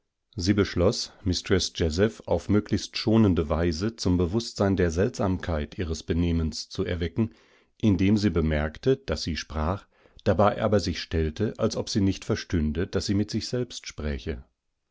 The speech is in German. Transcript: sie beschloß mistreß jazeph auf möglichst schonende weise zum bewußtsein der seltsamkeit ihres benehmens zu erwecken indem sie bemerkte daß sie sprach dabei aber sich stellte als ob sie nicht verstünde daßsiemitsichselbstspräche